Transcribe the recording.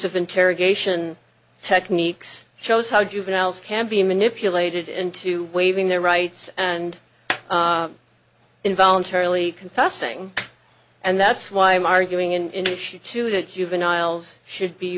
of interrogation techniques shows how juveniles can be manipulated into waving their rights and involuntarily confessing and that's why i'm arguing in to that juveniles should be